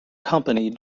company